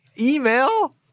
email